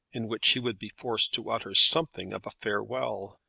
in which he would be forced to utter something of a farewell.